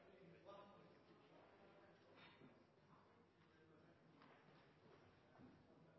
vil presidenten